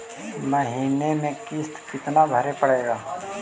महीने में किस्त कितना भरें पड़ेगा?